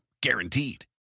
guaranteed